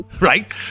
right